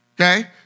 Okay